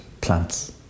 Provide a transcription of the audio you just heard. plants